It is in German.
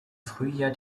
frühjahr